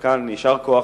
על כן, יישר כוח.